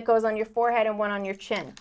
that goes on your forehead and one on your chin